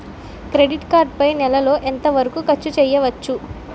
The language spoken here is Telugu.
క్రెడిట్ కార్డ్ పై నెల లో ఎంత వరకూ ఖర్చు చేయవచ్చు?